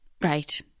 Right